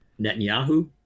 netanyahu